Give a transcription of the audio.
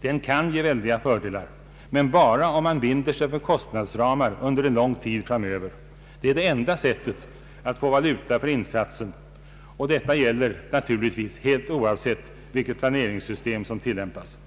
Den kan ge väldiga fördelar men bara om man binder sig för kostnadsramar under en lång tid framöver. Det är det enda sättet att få valuta för insatsen, och detta gäller naturligtvis helt oavsett vilket planeringssystem som tillämpas.